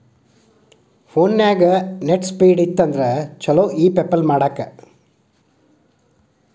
ಫೋನ್ಯಾಗ net speed ಇತ್ತಂದ್ರ ಚುಲೊ ಇ ಪೆಪಲ್ ಮಾಡಾಕ